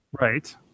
Right